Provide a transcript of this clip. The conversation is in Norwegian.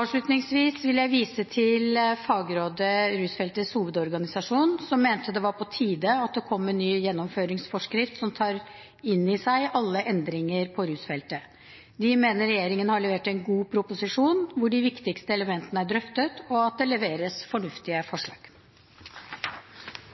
Avslutningsvis vil jeg vise til Fagrådet – Rusfeltets hovedorganisasjon, som mente det var på tide at det kom en ny gjennomføringsforskrift som tar inn i seg alle endringer på rusfeltet. De mener regjeringen har levert en god proposisjon hvor de viktigste elementene er drøftet, og at det leveres fornuftige forslag.